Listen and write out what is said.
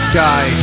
Sky